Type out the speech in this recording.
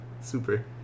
super